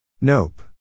Nope